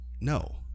No